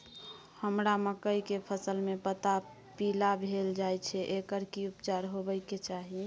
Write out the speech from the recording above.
हमरा मकई के फसल में पता पीला भेल जाय छै एकर की उपचार होबय के चाही?